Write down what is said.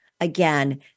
again